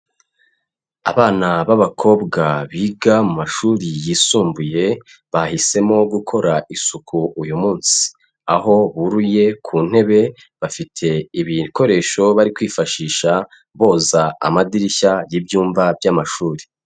Abana b'abakobwa biga mu mashuri yisumbuye, bahisemo gukora isuku uyu munsi. Aho buriye ku ntebe, bafite ibikoresho bari kwifashisha boza amadirishya y'ibyumba by'amashuri.